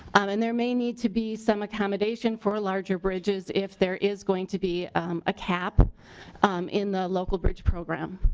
um and there may need to be some accommodation for larger bridges if there is going to be ah a um in the local bridge program.